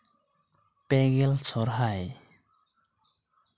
ᱯᱮ ᱜᱮᱞ ᱥᱚᱨᱦᱟᱭ